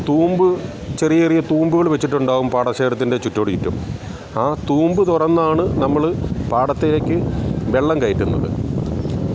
തൂമ്പ് ചെറിയ ചെറിയ തൂമ്പുകൾ വെച്ചിട്ടുണ്ടാകും പാടശേഖരത്തിൻ്റെ ചുറ്റോടുച്ചുറ്റും ആ തൂമ്പ് തുറന്നാണ് നമ്മൾ പാടത്തേക്ക് വെള്ളം കയറ്റുന്നത്